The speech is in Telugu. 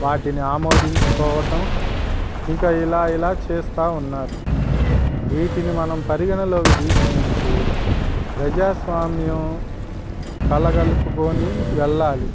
వాటిని ఆమోదించుకోవటం ఇంకా ఇలా ఇలా చేస్తా ఉన్నారు వీటిని మనం పరిగణలోకి తీసుకుంటే ప్రజాస్వామ్యం కలగలుపుకొని వెళ్ళాలి